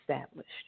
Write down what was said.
established